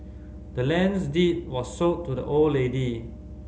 the land's deed was sold to the old lady